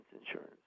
insurance